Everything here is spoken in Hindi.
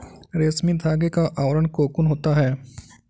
रेशमी धागे का आवरण कोकून होता है